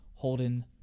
Holden